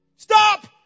Stop